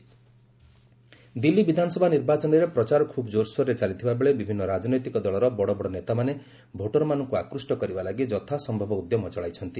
Delhi poll campaign Delhi ବିଧାନସଭା ନିର୍ବାଚନରେ ପ୍ରଚାର ଖୁବ୍ ଜୋରସୋରରେ ଚାଲିଥିବାବେଳେ ବିଭିନ୍ନ ରାଜନୈତିକ ଦଳର ବଡ଼ବଡ଼ ନେତାମାନେ ଭୋଟରମାନଙ୍କୁ ଆକୃଷ୍ଟ କରିବା ଲାଗି ଯଥାସମ୍ଭବ ଉଦ୍ୟମ ଚଳାଇଛନ୍ତି